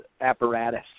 apparatus